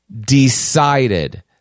decided